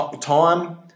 Time